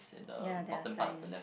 ya there are sign